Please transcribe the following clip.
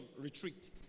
retreat